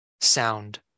sound